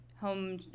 home